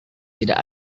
tidak